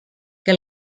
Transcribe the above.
que